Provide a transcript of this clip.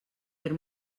per